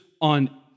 on